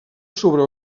sobre